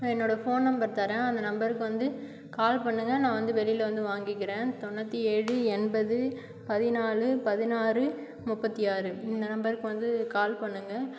என்னோட phone number தரேன் அந்த நம்பருக்கு வந்து கால் பண்ணுங்க நான் வந்து வெளியில் வந்து வாங்கிக்கிறன் தொண்ணூற்றி ஏழு எண்பது பதினாலு பதினாறு முப்பத்தி ஆறு இந்த நம்பருக்கு வந்து கால் பண்ணுங்க